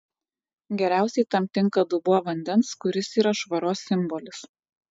geriausiai tam tinka dubuo vandens kuris yra švaros simbolis